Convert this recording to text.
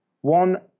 one